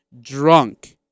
drunk